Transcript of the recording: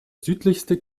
südlichste